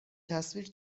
تصویر